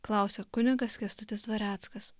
klausia kunigas kęstutis dvareckas